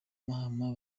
mahama